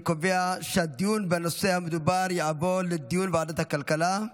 אני קובע שהדיון בנושא המדובר יעבור לדיון בוועדת הכלכלה.